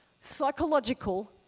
Psychological